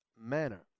manner